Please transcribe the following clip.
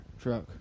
truck